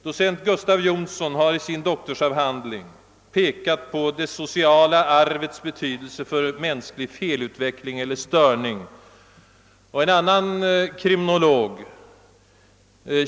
Docent Gustav Jonsson har i sin doktorsavhandling pekat på det sociala arvets betydelse för mänsklig felutveckling eller störning, och en annan kriminolog, fil. lic.